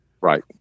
Right